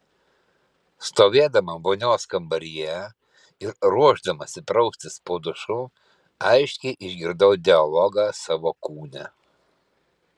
stovėdama vonios kambaryje ir ruošdamasi praustis po dušu aiškiai išgirdau dialogą savo kūne